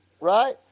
right